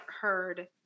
heard